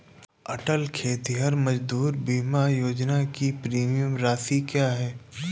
अटल खेतिहर मजदूर बीमा योजना की प्रीमियम राशि क्या है?